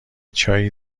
چایی